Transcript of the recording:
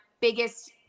biggest